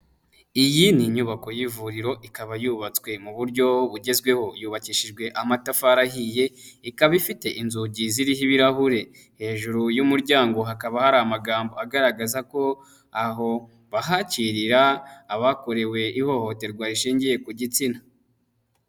Iyi ni inyubako y'ivuriro ikaba yubatswe mu buryo bugezweho, yubakishijwe amatafari ahiye ikaba ifite inzugi ziriho ibirahure. Hejuru y'umuryango hakaba hari amagambo agaragaza ko aho bahakirira abakorewe ihohoterwa rishingiye ku gitsina.